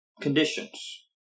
conditions